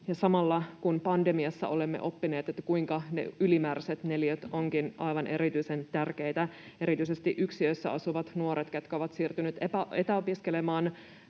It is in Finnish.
samalla pandemiassa olemme oppineet, kuinka ne ylimääräiset neliöt ovatkin aivan erityisen tärkeitä; erityisesti yksiössä asuvat nuoret, ketkä ovat siirtyneet etäopiskelemaan